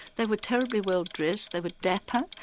they were terribly well dressed, they were dapper,